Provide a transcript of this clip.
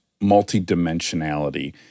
multidimensionality